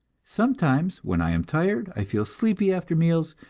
sometimes, when i am tired, i feel sleepy after meals,